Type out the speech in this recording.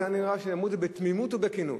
היה נראה שהם אמרו את זה בתמימות ובכנות.